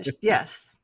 Yes